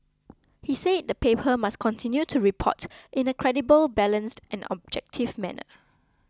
he said the paper must continue to report in a credible balanced and objective manner